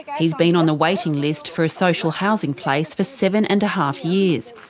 he's been on the waiting list for a social housing place for seven and a half years.